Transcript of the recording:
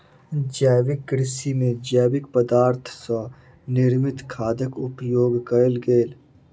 जैविक कृषि में जैविक पदार्थ सॅ निर्मित खादक उपयोग कयल गेल